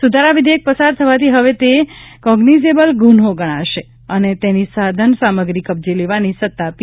સુધારા વિધેયક પસાર થવાથી હવે તે કોગ્નિઝેબલ ગુન્હો ગણાશે અને તેની સાધન સામગ્રી કબ્જે લેવાની સત્તા પી